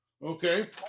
okay